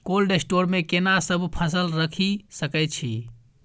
Cold store मे केना सब फसल रखि सकय छी?